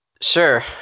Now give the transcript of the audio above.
Sure